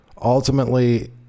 ultimately